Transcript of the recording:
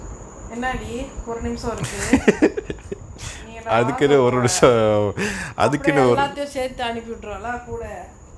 என்னடி ஒரு நிமிஷோ இருக்கு நீ என்ட வாங்க போற அப்புடியே எல்லாத்தயும் சேத்து அனுப்பி உட்ருவாள கூட:ennadi oru nimisho iruku nee enta vaanga pora appudiyae ellathayum saethu anupi utruvaala kooda